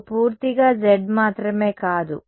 మీకు పూర్తిగా z మాత్రమే కాదు